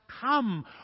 come